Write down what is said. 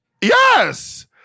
Yes